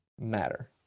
matter